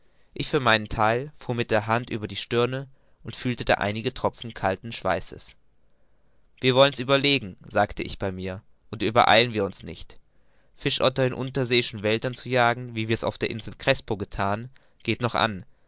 ich für meinen theil fuhr mit der hand über meine stirn und fühlte da einige tropfen kalten schweißes wir wollen's überlegen sagte ich bei mir und übereilen wir uns nicht fischotter in unterseeischen wäldern zu jagen wie wir's auf der insel crespo gethan geht noch an